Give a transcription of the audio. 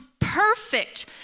perfect